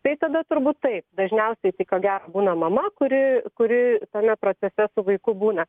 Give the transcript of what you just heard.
tai tada turbūt taip dažniausiai tai ko gero būna mama kuri kuri tame procese su vaiku būna